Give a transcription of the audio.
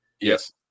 Yes